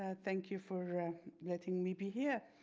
ah thank you for letting me be here.